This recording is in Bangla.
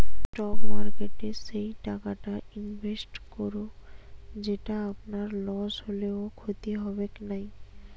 স্টক মার্কেটে সেই টাকাটা ইনভেস্ট করো যেটো আপনার লস হলেও ক্ষতি হবেক নাই